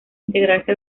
integrarse